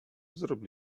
zrób